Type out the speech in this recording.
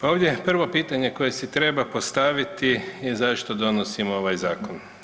Ovdje prvo pitanje koje se treba postaviti je zašto donosimo ovaj zakon.